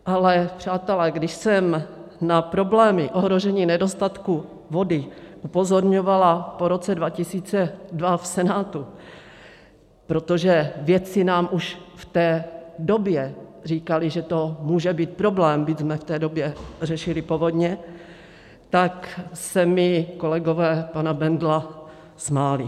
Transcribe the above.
Ale přátelé, když jsem na problémy ohrožení nedostatku vody upozorňovala po roce 2002 v Senátu, protože vědci nám už v té době říkali, že to může být problém, byť jsme v té době řešili povodně, tak se mi kolegové pana Bendla smáli.